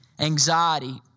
Anxiety